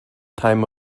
time